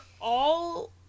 all-